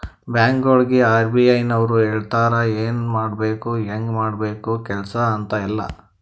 ಬ್ಯಾಂಕ್ಗೊಳಿಗ್ ಆರ್.ಬಿ.ಐ ನವ್ರು ಹೇಳ್ತಾರ ಎನ್ ಮಾಡ್ಬೇಕು ಹ್ಯಾಂಗ್ ಮಾಡ್ಬೇಕು ಕೆಲ್ಸಾ ಅಂತ್ ಎಲ್ಲಾ